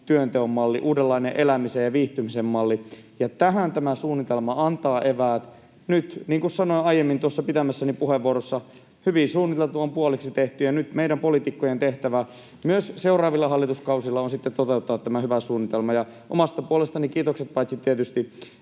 työnteon malli ja uudenlainen elämisen ja viihtymisen malli, ja tähän tämä suunnitelma antaa nyt eväät. Niin kuin sanoin tuossa aiemmin pitämässäni puheenvuorossa, hyvin suunniteltu on puoliksi tehty, ja nyt meidän poliitikkojen tehtävä, myös seuraavilla hallituskausilla, on sitten toteuttaa tämä hyvä suunnitelma. Omasta puolestani kiitokset paitsi tietysti